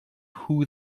who